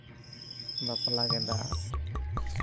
ᱵᱟᱯᱞᱟ ᱜᱮᱸᱫᱟᱜ